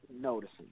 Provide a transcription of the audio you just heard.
noticing